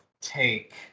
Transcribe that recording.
take